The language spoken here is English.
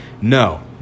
No